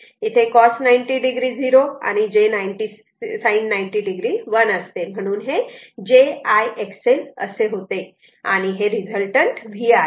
इथे cos 90 o 0 आणि j sin 90 o 1 असते आणि म्हणून हे j I XLअसे होते आणि हे रिझल्टंट v आहे